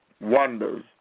wonders